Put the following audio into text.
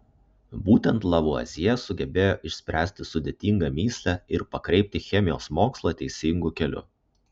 būtent lavuazjė sugebėjo išspręsti sudėtingą mįslę ir pakreipti chemijos mokslą teisingu keliu